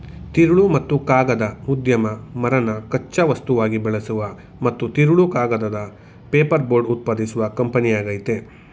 ತಿರುಳು ಮತ್ತು ಕಾಗದ ಉದ್ಯಮ ಮರನ ಕಚ್ಚಾ ವಸ್ತುವಾಗಿ ಬಳಸುವ ಮತ್ತು ತಿರುಳು ಕಾಗದ ಪೇಪರ್ಬೋರ್ಡ್ ಉತ್ಪಾದಿಸುವ ಕಂಪನಿಯಾಗಯ್ತೆ